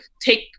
take